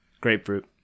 Grapefruit